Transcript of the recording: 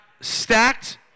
stacked